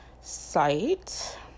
site